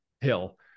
Hill